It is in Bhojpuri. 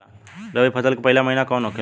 रबी फसल के पहिला महिना कौन होखे ला?